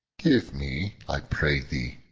give me, i pray thee,